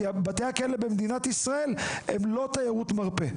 כי בתי הכלא במדינת ישראל הם לא תיירות מרפא.